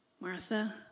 Martha